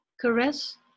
caress